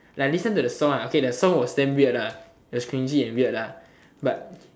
like listen to the song ah okay that song was damn weird lah it was cringey and weird lah but